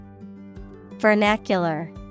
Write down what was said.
Vernacular